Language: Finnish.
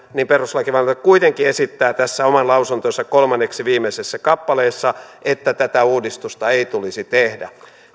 niin perustuslakivaliokunta kuitenkin esittää tässä oman lausuntonsa kolmanneksi viimeisessä kappaleessa että tätä uudistusta ei tulisi tehdä